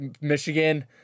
Michigan